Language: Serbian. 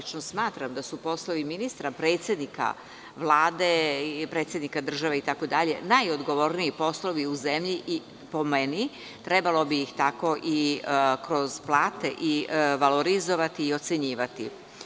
Lično smatram da su poslovi ministra, predsednika Vlade i predsednika države itd. najodgovorniji poslovi u zemlji i, po meni, trebalo bi ih tako i kroz plate i valorizovati i ocenjivati.